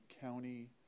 county